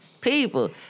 People